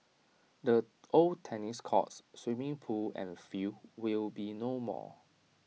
the old tennis courts swimming pool and field will be no more